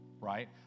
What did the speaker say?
right